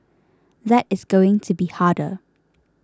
that is going to be harder